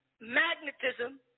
magnetism